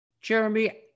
Jeremy